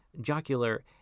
jocular